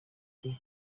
ati